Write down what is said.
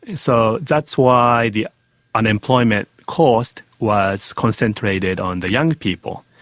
so that's why the unemployment cost was concentrated on the young people.